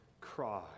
cry